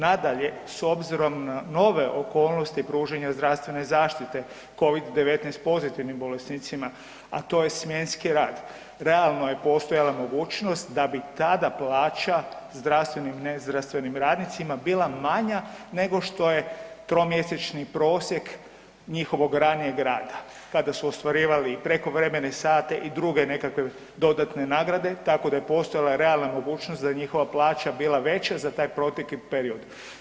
Nadalje, s obzirom na nove okolnosti pružanja zdravstvene zaštite Covid-19 pozitivnim bolesnicima, a to je smjenski rad, realno je postojala mogućnost da bi tada plaća zdravstvenim i nezdravstvenim radnicima bila manja nego što je tromjesečni prosjek njihovog ranijeg rada, kada su ostvarivali prekovremene sate i druge nekakve dodatne nagrade, tako da je postojala realna mogućnost da njihova plaća bila veća za taj protekli period.